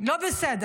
לא בסדר.